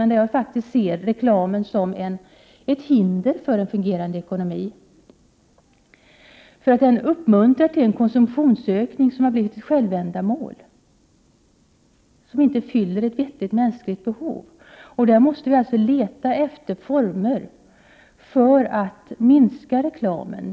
Men jag ser reklamen som ett hinder för en fungerande ekonomi. Den uppmuntrar till en konsumtionsökning, som har blivit till ett självändamål och som inte fyller ett vettigt mänskligt behov. Vi måste leta efter former för att minska reklamen.